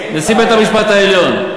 נשיא בית-המשפט העליון.